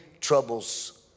troubles